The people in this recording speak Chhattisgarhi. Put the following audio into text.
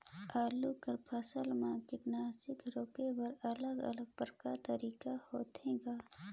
आलू कर फसल म कीटाणु रोके बर अलग अलग प्रकार तरीका होथे ग?